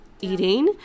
eating